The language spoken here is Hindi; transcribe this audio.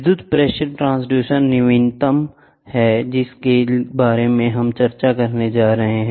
विद्युत प्रेशर ट्रांसड्यूसर नवीनतम है जिसके बारे में हम चर्चा करने जा रहे हैं